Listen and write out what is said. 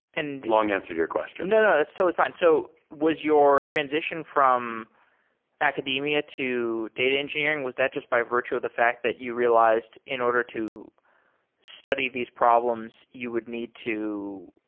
and long answer to your question no. that's totally fi ne. and so was your transition from academia to data engineering, was that just by virtue of the fact that you realized, in order to study these problems, you would need to